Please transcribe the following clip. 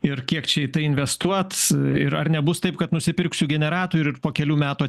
ir kiek čia investuot ir ar nebus taip kad nusipirksiu generatorių ir po kelių metų